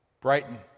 Brighton